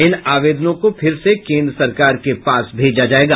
इन आवेदनों को फिर से केंद्र सरकार के पास भेजा जायेगा